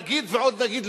נגיד ועוד נגיד,